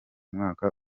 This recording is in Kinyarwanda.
mwaka